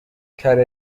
کره